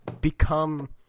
become